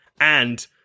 And-